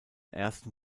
ersten